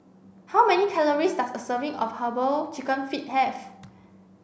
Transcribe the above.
how many calories does a serving of herbal chicken feet have